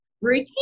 routine